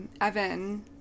Evan